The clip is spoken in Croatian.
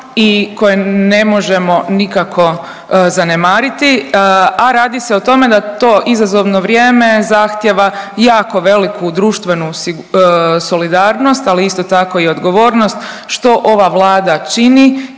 i koje ne možemo nikako zanemariti a radi se o tome da to izazovno vrijeme zahtjeva jako veliku društvenu solidarnost, ali isto tako i odgovornost što ova Vlada čini